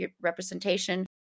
representation